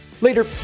Later